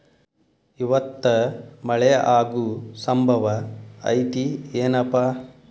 ಇವತ್ತ ಮಳೆ ಆಗು ಸಂಭವ ಐತಿ ಏನಪಾ?